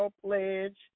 pledge